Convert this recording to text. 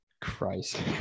Christ